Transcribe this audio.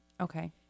Okay